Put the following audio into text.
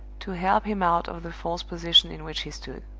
to help him out of the false position in which he stood.